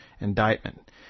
indictment